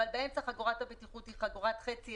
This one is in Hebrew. אבל באמצע חגורת הבטיחות היא חגורת חצי,